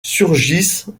surgissent